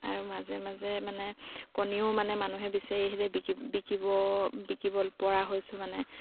আৰু মাজে মাজে মানে কণীও মানে মানুহে বিচাৰি আহিলে বিকি বিকিব বিকিবপৰা হৈছোঁ মানে